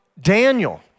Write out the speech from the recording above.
Daniel